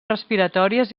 respiratòries